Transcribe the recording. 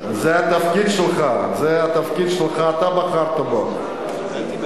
כמה פניות